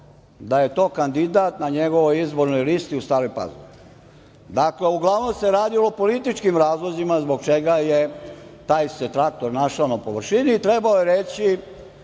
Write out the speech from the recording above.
da je to kandidat na njegovoj izbornoj listi u Staroj Pazovi. Dakle, uglavnom se radilo o političkim razlozima zbog čega se taj traktor našao na površini i trebao je reći